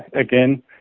again